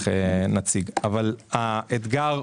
מממוצע ה-OECD - כמעט שלושה ילדים לאישה,